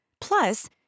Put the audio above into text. Plus